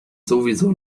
sowieso